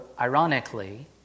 ironically